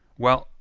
well,